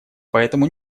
поэтому